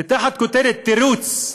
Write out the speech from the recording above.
ותחת הכותרת "תירוץ",